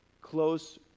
close